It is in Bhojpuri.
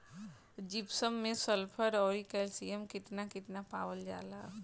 जिप्सम मैं सल्फर औरी कैलशियम कितना कितना पावल जाला?